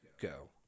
go